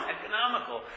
economical